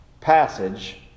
passage